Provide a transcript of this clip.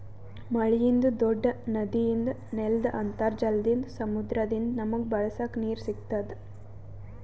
ಮಳಿಯಿಂದ್, ದೂಡ್ಡ ನದಿಯಿಂದ್, ನೆಲ್ದ್ ಅಂತರ್ಜಲದಿಂದ್, ಸಮುದ್ರದಿಂದ್ ನಮಗ್ ಬಳಸಕ್ ನೀರ್ ಸಿಗತ್ತದ್